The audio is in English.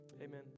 amen